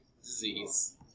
disease